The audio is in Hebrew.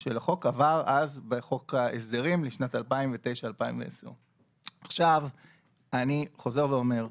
של החוק עבר אז בחוק ההסדרים לשנת 2009 2010. אני חוזר ואומר,